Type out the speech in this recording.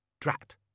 drat